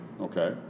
Okay